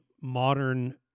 modern